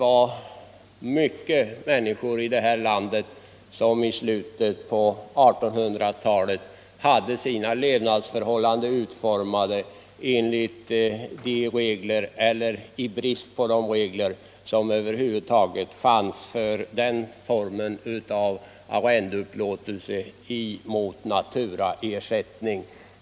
Många människor i det här landet hade i slutet på 1800-talet sina levnadsvillkor enligt de regler som gällde för den formen av arrendeupplåtelse — i den mån det nu förekom några regler.